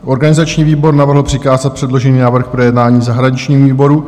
Organizační výbor navrhl přikázat předložený návrh k projednání zahraničnímu výboru.